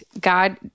God